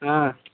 हाँ